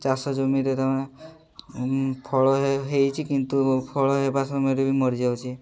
ଚାଷ ଜମିରେ ତା'ମାନେ ଫଳ ହେଇଛି କିନ୍ତୁ ଫଳ ହେବା ସମୟରେ ବି ମରିଯାଉଛି